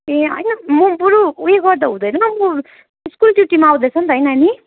ए होइन म बरू उयो गर्दा हुँदैन म स्कुल ड्युटीमा आउँदैछ नि त है नानी